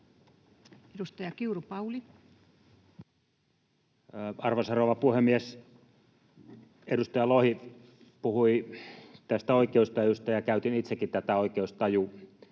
Edustaja Kiuru, Pauli. Arvoisa rouva puhemies! Edustaja Lohi puhui oikeustajusta, ja käytin itsekin tätä oikeustaju-termiä